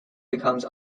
becomes